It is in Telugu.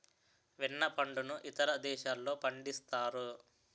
వెన్న పండును ఇతర దేశాల్లో పండిస్తారు